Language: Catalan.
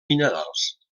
minerals